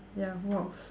ya walks